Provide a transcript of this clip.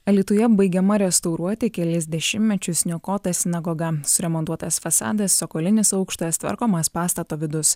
alytuje baigiama restauruoti kelis dešimtmečius niokotas sinagoga suremontuotas fasadas cokolinis aukštas tvarkomas pastato vidus